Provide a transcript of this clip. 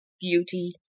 beauty